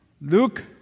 Luke